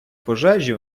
пожежі